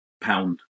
pound